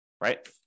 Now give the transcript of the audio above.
right